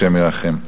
השם ירחם,